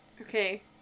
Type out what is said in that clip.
Okay